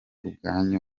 ubwanyu